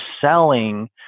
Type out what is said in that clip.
selling